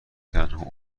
تنها